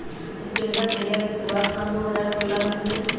stand up India के शुरुआत सन दू हज़ार सोलह में भेलइ